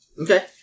Okay